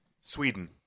Sweden